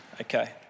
okay